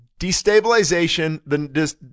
Destabilization